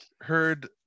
heard